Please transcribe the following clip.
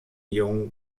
jungen